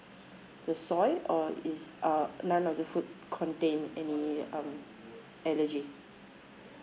the soy or is uh none of the food contain any um allergy